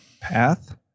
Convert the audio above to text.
path